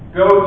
go